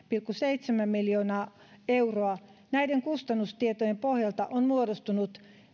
pilkku seitsemän miljoonaa euroa näiden kustannustietojen pohjalta on muodostunut